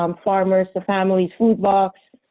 um farmers to families food box,